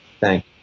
Thank